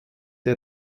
der